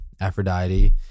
aphrodite